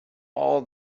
all